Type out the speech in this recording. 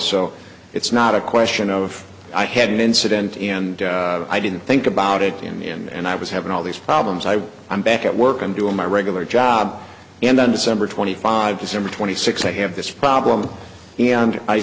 so it's not a question of i had an incident and i didn't think about it in the end i was having all these problems i i'm back at work i'm doing my regular job and then december twenty five december twenty sixth i have this problem and i